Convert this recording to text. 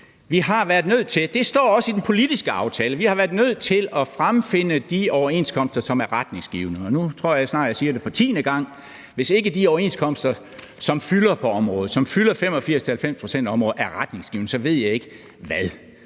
i den politiske aftale, at fremfinde de overenskomster, som er retningsgivende. Og nu tror jeg snart, at jeg siger det for tiende gang: Hvis ikke de overenskomster, som fylder 85-90 pct. på området, er retningsgivende, ved jeg ikke hvad.